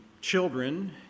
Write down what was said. children